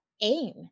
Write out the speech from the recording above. aim